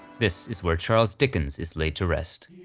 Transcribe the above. this is where charles dickens is laid to rest.